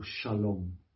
shalom